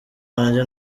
wanjye